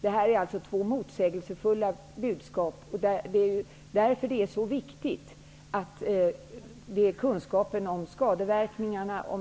Det här är två motsägelsefulla budskap, och det är därför som det är så viktigt att kunskapen om skadeverkningarna och